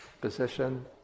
position